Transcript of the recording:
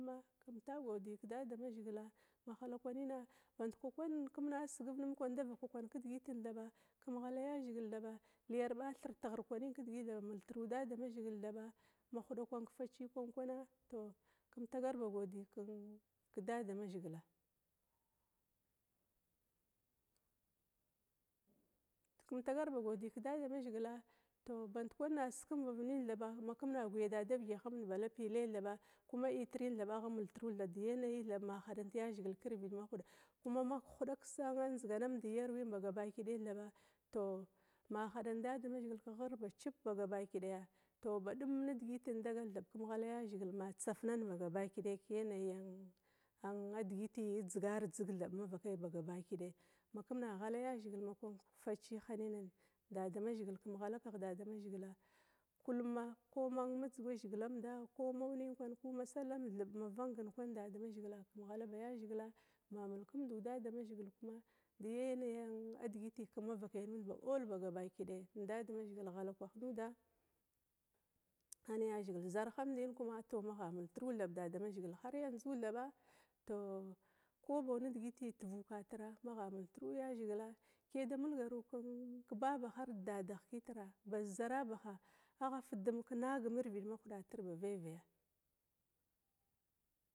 Badum kum ta godiya kedadama zhigil mahalakwanina band kwakwan kumda sigiv numd savak kwan ki digit thaba kum ghala yazhigil thaba tighir kwanin kidigit da multru dadamazhigil thaba mahuda kwan kefaciya kwan kwana tou kum tagar ba godiya kedada mazhigila, tou band kwan a sikumdadiv ninna thaba ma kumda gwiya da damavigahamda ba lapi lai thaba kuma ma hadanta yazhigila kiyanayi irvid mahuda, kuma ma ghuda kisamd ma yarwin ba gaba kidaya thaba tou ma hadant dadamazhigil keghir cip ba gaba ki daya tou badum nidigit dagala thab kum ghala yazhigil ma tsafnana ba gabaki daya ke yanayi ann adigiti dzigar dzig thab mavakay ba gabaki daya, makuma ghala yazhigil ma kwan kefaciya hinanin damazhigil kum ghala kegh dadamazhigila kulluma koma dzuga zigilamda ko ma sallamd thub damazhigila kam ghala ba yazhigila ma mulkamdu dadamazhigil kam deyanayi ann adigiti kum mavakai ba all ba gaba kidaya nedadamazhigil ghala kwah nuda an yazhigil tou zarhamdina magha tou magha maltru dadamazhigil har yanzu thaba ko bou niditi tuvukatir magha multru yazigila kiya da mulgaru kedadaha ar debabaha baz zarabaha agha dum kenaga marvid mahuda ba veve.